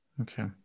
Okay